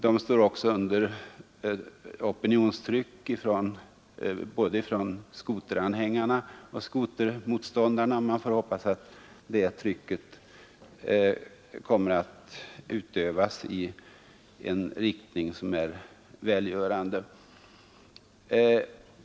De står också under opinionstryck både från Man får hoppas att det trycket kommer att utövas i en riktning som är välgörande.